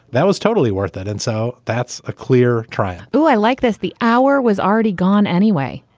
that was totally worth it. and so that's a clear trial who? i like this. the hour was already gone anyway.